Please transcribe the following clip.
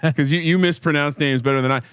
cause you you mispronounced names better than i.